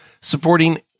supporting